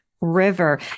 River